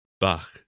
Bach